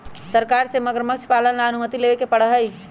सरकार से मगरमच्छ पालन ला अनुमति लेवे पडड़ा हई